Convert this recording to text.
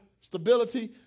stability